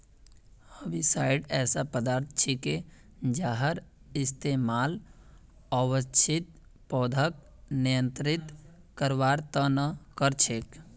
herbicides ऐसा पदार्थ छिके जहार इस्तमाल अवांछित पौधाक नियंत्रित करवार त न कर छेक